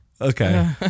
okay